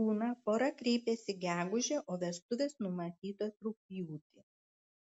būna pora kreipiasi gegužę o vestuvės numatytos rugpjūtį